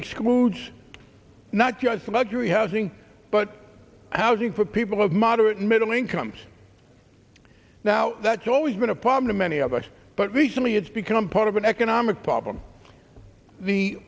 excludes not just luxury housing but housing for people of moderate middle incomes now that's always been a problem to many of us but recently it's become part of an economic problem the